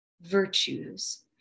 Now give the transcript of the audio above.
virtues